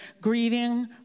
grieving